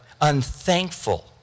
unthankful